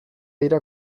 dira